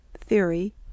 Theory